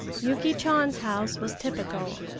yuki chan's house was typical.